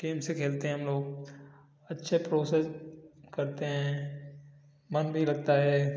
प्रेम से खेलते हैं हम लोग अच्छे प्रोसेस करते हैं मन भी लगता है